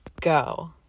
go